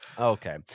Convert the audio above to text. Okay